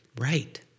Right